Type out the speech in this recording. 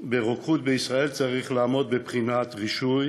ברוקחות בישראל צריך לעמוד בבחינת רישוי